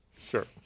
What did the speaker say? Sure